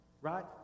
right